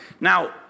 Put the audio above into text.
Now